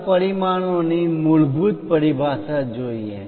ચાલો પરિમાણોની મૂળભૂત પરિભાષા જોઈએ